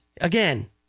again